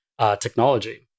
technology